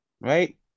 Right